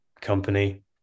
company